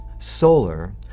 solar